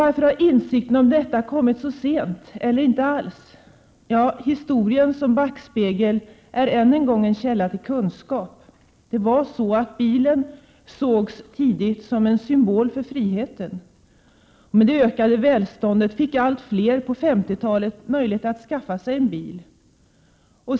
Varför har insikten om detta kommit så sent eller inte alls kommit? Jo, historien som backspegel är än en gång källa till kunskap. Bilen sågs tidigt som en symbol för frihet. Med det ökande välståndet fick allt fler på 50-talet möjlighet att skaffa sig bil.